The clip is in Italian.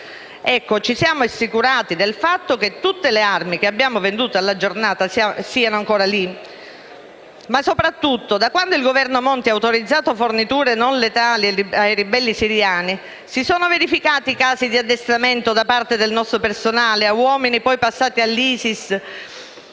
ci siamo assicurati del fatto che tutte le armi che abbiamo venduto alla Giordania siano ancora lì? Ma soprattutto, da quando il Governo Monti ha autorizzato forniture non letali ai ribelli siriani, si sono verificati casi di addestramento da parte del nostro personale, a uomini poi passati all'ISIS